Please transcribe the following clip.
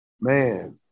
Man